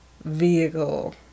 vehicle